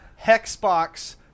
Hexbox